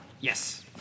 Yes